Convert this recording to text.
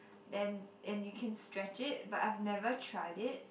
and and you can stretch it but I've never tried it